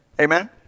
Amen